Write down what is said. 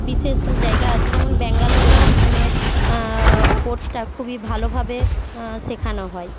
বিশেষ জায়গা আছে যেমন ব্যাঙ্গালোরে নার্সিংয়ের কোর্সটা খুবই ভালোভাবে শেখানো হয়